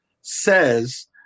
says